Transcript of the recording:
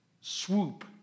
swoop